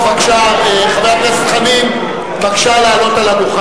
חבר הכנסת דב חנין, בבקשה, אדוני.